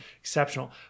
Exceptional